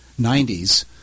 90s